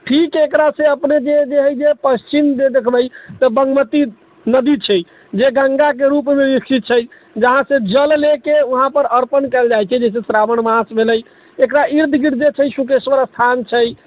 ठीक एकरासँ अपने जे हइ जे पश्चिम जे देखबै तऽ बागमती नदी छै जे गङ्गाके रूपमे विकसित छै जहाँसँ जल लऽ कऽ वहाँपर अर्पण कैल जाइ छै जाहिसँ श्रावण मास भेलै एकरा इर्दगिर्द जे छै सुकेश्वर स्थान छै